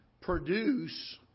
produce